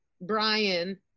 Brian